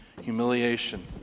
Humiliation